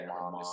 mom